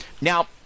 now